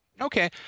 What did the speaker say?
Okay